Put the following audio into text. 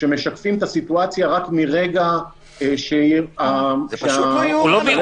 שמשקפים את הסיטואציה רק מרגע ש --- זה פשוט לא יאומן.